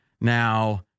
Now